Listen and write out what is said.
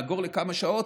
אם נאגור לכמה שעות,